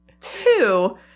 Two